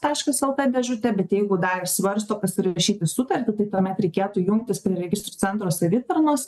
taškas lt dėžutę bet jeigu dar svarsto pasirašyti sutartį tai tuomet reikėtų jungtis prie registrų centro savitarnos